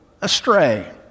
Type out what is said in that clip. astray